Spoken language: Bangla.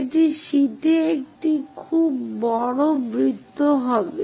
এটি শীটে একটি খুব বড় বৃত্ত হবে